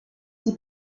sie